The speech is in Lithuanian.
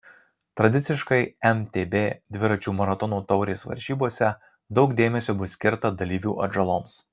tradiciškai mtb dviračių maratonų taurės varžybose daug dėmesio bus skirta dalyvių atžaloms